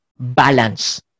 balance